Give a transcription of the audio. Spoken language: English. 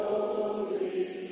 Holy